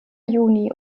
juni